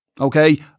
okay